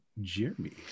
Jeremy